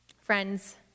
Friends